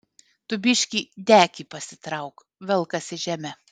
tu biškį dekį pasitrauk velkasi žeme